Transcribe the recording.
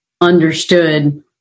understood